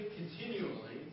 continually